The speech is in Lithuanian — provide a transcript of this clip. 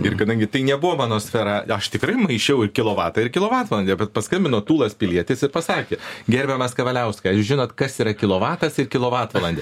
ir kadangi tai nebuvo mano sfera aš tikrai maišiau ir kilovatą ir kilovatvalandę bet paskambino tūlas pilietis ir pasakė gerbiamas kavaliauskai ar jūs žinot kas yra kilovatas ir kilovatvalandė